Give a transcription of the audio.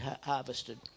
harvested